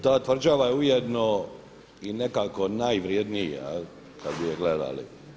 Ta tvrđava je ujedno i nekako najvrjednija kad bi je gledali.